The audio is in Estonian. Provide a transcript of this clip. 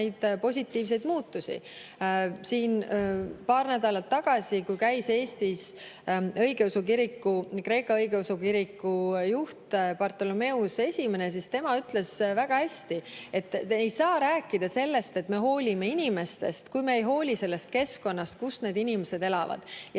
positiivseid muutusi. Paar nädalat tagasi, kui Eestis käis Kreeka õigeusu kiriku juht Bartolomeus I, ütles ta väga hästi, et me ei saa rääkida sellest, et me hoolime inimestest, kui me ei hooli sellest keskkonnast, kus need inimesed elavad.